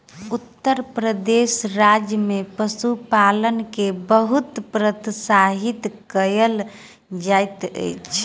उत्तर प्रदेश राज्य में पशुपालन के बहुत प्रोत्साहित कयल जाइत अछि